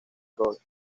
rol